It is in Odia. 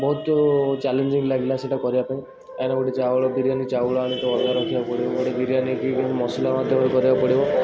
ବହୁତ ଚାଲେଞ୍ଜିଙ୍ଗ୍ ଲାଗିଲା ସେଇଟା କରିବାପାଇଁ କାହିଁକିନା ଗୋଟେ ଚାଉଳ ବିରିୟାନୀ ଚାଉଳ ଆଣିକି ଅଲଗା ରଖିବାକୁ ପଡ଼ିବ ଗୋଟେ ବିରିୟାନୀକି ମସଲା ମାଧ୍ୟମରେ କରିବାକୁ ପଡ଼ିବ